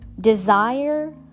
desire